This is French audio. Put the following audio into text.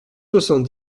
soixante